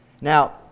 Now